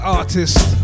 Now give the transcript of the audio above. artist